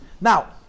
Now